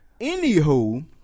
Anywho